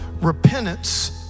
Repentance